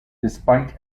despite